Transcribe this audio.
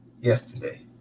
yesterday